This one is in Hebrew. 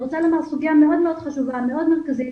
זו סוגיה מאוד חשובה ומרכזית.